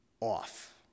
off